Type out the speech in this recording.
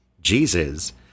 Jesus